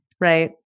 right